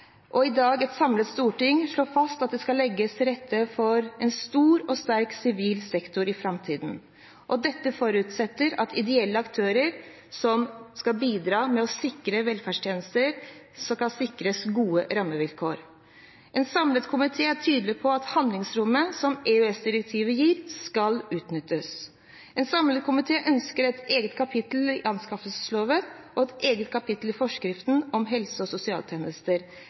og i dag et samlet storting slår fast at det skal legges til rette for en stor og sterk sivil sektor i framtiden. Dette forutsetter at ideelle aktører som bidrar med velferdstjenester, sikres gode rammevilkår. En samlet komité er tydelig på at handlingsrommet som EØS-direktivet gir, skal utnyttes. En samlet komité ønsker et eget kapittel i anskaffelsesloven og et eget kapittel i forskriften om helse- og sosialtjenester.